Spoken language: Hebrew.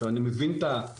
עכשיו אני מבין את הבעיה,